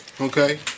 Okay